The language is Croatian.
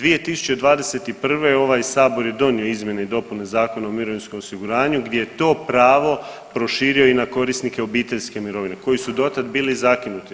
2021. ovaj Sabor je donio izmjene i dopune Zakona o mirovinskom osiguranju gdje je to pravo proširio i na korisnike obiteljske mirovine koji su dotad bili zakinuti.